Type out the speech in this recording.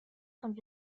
con